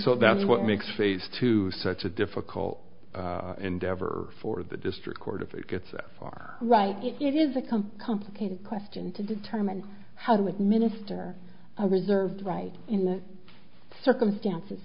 so that's what makes phase two such a difficult endeavor for the district court if it gets that far right it is a come complicated question to determine how would minister a reserved right in the circumstances